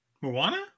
Moana